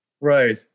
Right